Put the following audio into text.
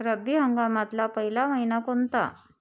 रब्बी हंगामातला पयला मइना कोनता?